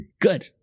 good